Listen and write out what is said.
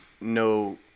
no